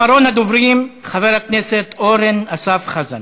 אחרון הדוברים חבר הכנסת אורן אסף חזן.